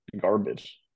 garbage